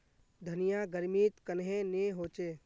धनिया गर्मित कन्हे ने होचे?